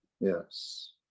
Yes